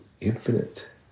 infinite